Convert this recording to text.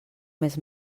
més